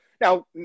Now